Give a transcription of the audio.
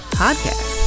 podcast